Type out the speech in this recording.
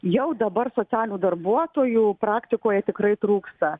jau dabar socialinių darbuotojų praktikoj tikrai trūksta